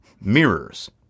mirrors